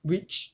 which